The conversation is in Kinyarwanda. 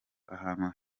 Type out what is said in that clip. ahantu